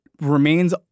remains